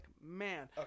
man